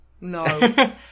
No